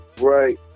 Right